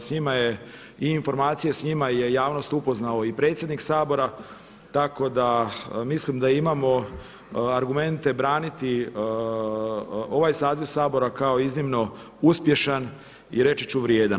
S njima je i informacije s njima je javnost upoznao i predsjednik Sabora, tako da mislim da imamo argumente braniti ovaj saziv Sabora kao iznimno uspješan i reći ću vrijedan.